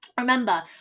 remember